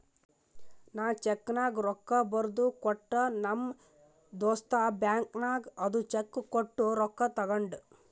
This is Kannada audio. ನಾ ಚೆಕ್ನಾಗ್ ರೊಕ್ಕಾ ಬರ್ದು ಕೊಟ್ಟ ನಮ್ ದೋಸ್ತ ಬ್ಯಾಂಕ್ ನಾಗ್ ಅದು ಚೆಕ್ ಕೊಟ್ಟು ರೊಕ್ಕಾ ತಗೊಂಡ್